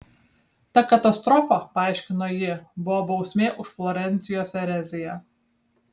ta katastrofa paaiškino ji buvo bausmė už florencijos ereziją